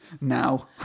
Now